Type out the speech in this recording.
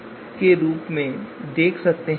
तो चलिए पहले तरीके के बारे में बात करते हैं